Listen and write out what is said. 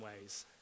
ways